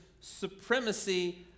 supremacy